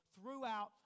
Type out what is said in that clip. throughout